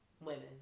women